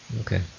Okay